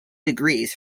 degrees